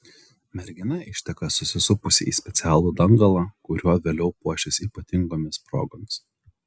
mergina išteka susisupusi į specialų dangalą kuriuo vėliau puošis ypatingomis progomis